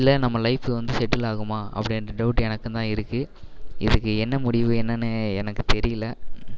இல்லை நம்ம லைஃப் வந்து செட்டில் ஆகுமா அப்படின்ற டவுட்டு எனக்கும் தான் இருக்குது இதுக்கு என்ன முடிவு என்னென்னு எனக்கு தெரியல